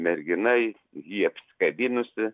mergina jį apsikabinusi